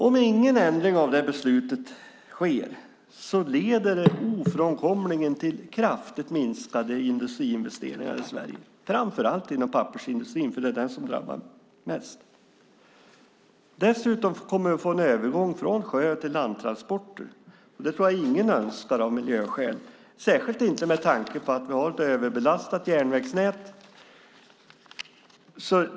Om ingen ändring av beslutet sker leder det ofrånkomligen till kraftigt minskade industriinvesteringar i Sverige, framför allt inom pappersindustrin - det är den som drabbas mest. Dessutom kommer det att bli en övergång från sjö till landtransporter. Det tror jag ingen önskar av miljöskäl, särskilt inte med tanke på att vi har ett överbelastat järnvägsnät.